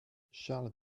charles